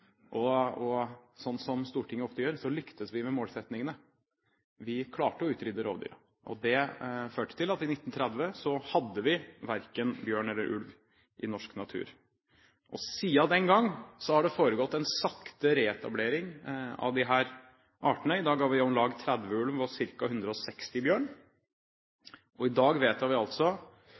og slik Stortinget ofte gjør, lyktes vi med målsettingene. Vi klarte å utrydde rovdyrene. Det førte til at vi i 1930 hadde verken bjørn eller ulv i norsk natur. Siden den gang har det foregått en sakte reetablering av disse artene. I dag har vi om lag 30 ulv og ca. 160 bjørn. I dag vedtar vi altså